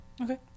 Okay